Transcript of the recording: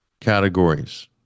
categories